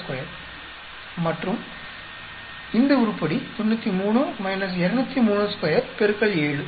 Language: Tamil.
62 மற்றும் இந்த உருப்படி 93 2032 X 7